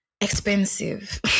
expensive